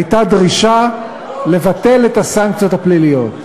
הייתה דרישה לבטל את הסנקציות הפליליות.